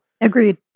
Agreed